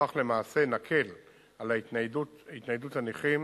ובכך למעשה נקל על התניידות הנכים